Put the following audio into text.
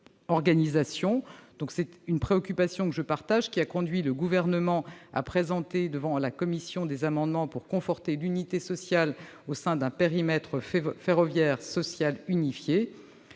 C'est une préoccupation que je partage et qui a conduit le Gouvernement à présenter devant la commission des amendements pour conforter l'unité sociale au sein d'un périmètre ferroviaire social unifié,